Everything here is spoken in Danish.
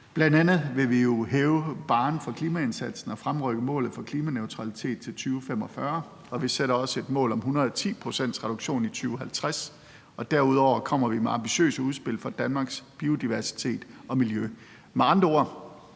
Bl.a. vil vi jo hæve barren for klimaindsatsen og fremrykke målet om klimaneutralitet til 2045, og vi sætter også et mål om 110 pct.'s reduktion i 2050, og derudover kommer vi med ambitiøse udspil for Danmarks biodiversitet og miljø. Med andre ord: